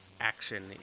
action